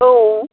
औ